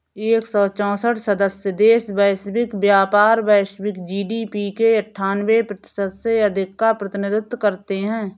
एक सौ चौसठ सदस्य देश वैश्विक व्यापार, वैश्विक जी.डी.पी के अन्ठान्वे प्रतिशत से अधिक का प्रतिनिधित्व करते हैं